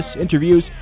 interviews